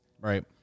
right